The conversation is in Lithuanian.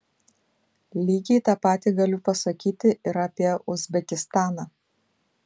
lygiai tą patį galiu pasakyti ir apie uzbekistaną